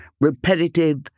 repetitive